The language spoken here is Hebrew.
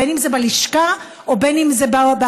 בין אם זה בלשכה ובין אם זה בהתכתבות,